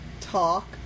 talk